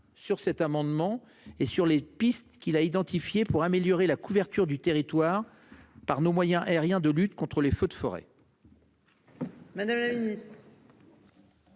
sur cet amendement et sur les pistes qu'il a identifié pour améliorer la couverture du territoire par nos moyens aériens de lutte contre les feux de forêt.